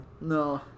No